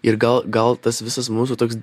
ir gal gal tas visas mūsų toks